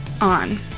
on